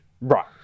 Right